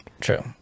true